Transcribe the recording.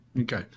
Okay